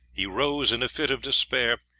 he rose in a fit of despair,